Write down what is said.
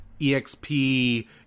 exp